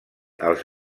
els